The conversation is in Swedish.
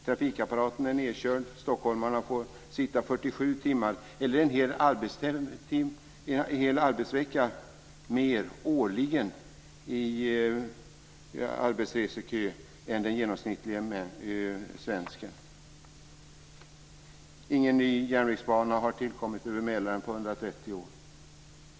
Trafikapparaten är nedkörd. Stockholmarna får ägna 47 timmar eller en hel arbetsvecka mer årligen åt arbetsresor än den genomsnittlige svensken. Ingen järnvägsbana över Mälaren har tillkommit på över 130 år.